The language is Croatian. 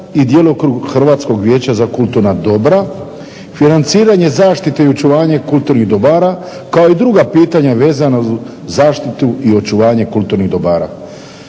i djelokrug Hrvatskog vijeća za kulturna dobra, financiranje zaštite i očuvanje kulturnih dobara kao i druga pitanja vezana za zaštitu i očuvanje kulturnih dobara.